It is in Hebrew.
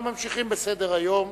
אנחנו ממשיכים בסדר-היום,